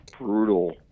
brutal